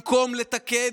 במקום לתקן,